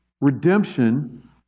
Redemption